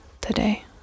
today